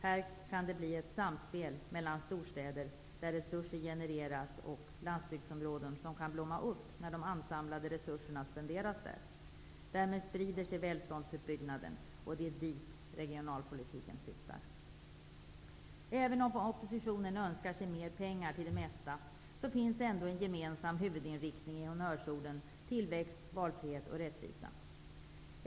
Här kan det bli ett samspel mellan storstäder, där resurser genereras, och landsbygdsområden som kan blomma upp när de ansamlade resurserna spenderas där. Därmed sprider sig välståndsuppbyggnaden, och det är dit regionalpolitiken syftar. Även om oppositionen önskar sig mer pengar till det mesta, finns ändå en gemensam huvudinriktning i honnörsorden tillväxt, valfrihet och rättvisa.